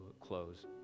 close